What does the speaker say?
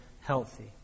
healthy